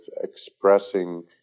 expressing